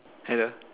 hello